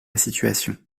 situation